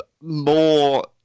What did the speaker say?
More